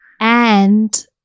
And-